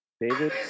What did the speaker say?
David